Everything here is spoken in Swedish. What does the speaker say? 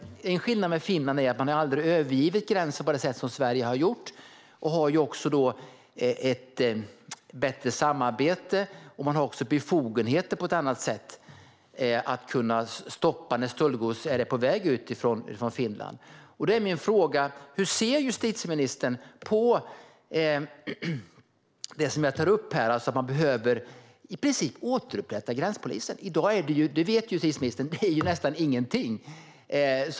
I Finland har man aldrig övergivit gränsen på det sätt som Sverige har gjort. Finland har också ett bättre samarbete och större befogenheter att stoppa stöldgods som är på väg ut från Finland. Då är min fråga: Hur ser justitieministern på att man i princip behöver återupprätta gränspolisen? I dag finns det nästan ingenting.